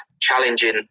challenging